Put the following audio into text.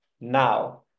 now